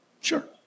sure